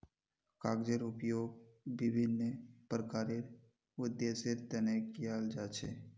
कागजेर उपयोग विभिन्न प्रकारेर उद्देश्येर तने कियाल जा छे